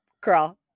Girl